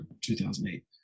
2008